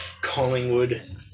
Collingwood